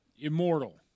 immortal